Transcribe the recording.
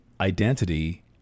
identity